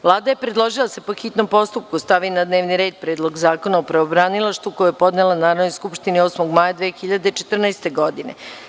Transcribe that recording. Vlada je predložila da se po hitnom postupku stavi na dnevni red Predlog zakona o pravobranilaštvu, koji je podnela Narodnoj skupštini 8. maja 2014. godine.